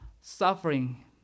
suffering